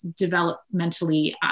developmentally